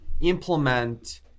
implement